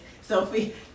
Sophie